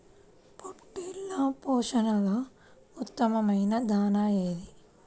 పొట్టెళ్ల పోషణలో ఉత్తమమైన దాణా ఏది?